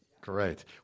Great